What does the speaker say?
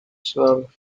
swell